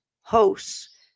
hosts